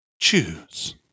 choose